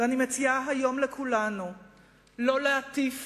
ואני מציעה היום לכולנו לא להטיף